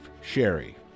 Sherry